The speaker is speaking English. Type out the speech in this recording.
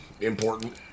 Important